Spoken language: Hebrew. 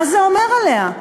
מה זה אומר עליה?